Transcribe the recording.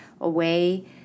away